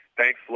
Thanks